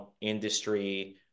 industry